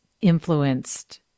influenced